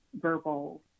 verbal